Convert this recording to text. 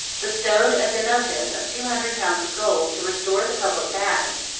bestowed a donative of two hundred pounds of gold to restore the public baths,